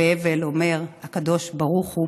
להבל אומר הקדוש ברוך הוא: